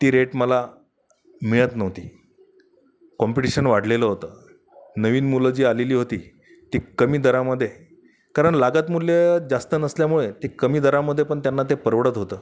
ती रेट मला मिळत नव्हती कॉम्पिटीशन वाढलेलं होतं नवीन मुलं जी आलेली होती ती कमी दरामध्ये कारण लागत मूल्य जास्त नसल्यामुळे ते कमी दरामध्ये पण त्यांना ते परवडत होतं